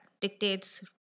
dictates